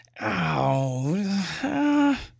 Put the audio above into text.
ow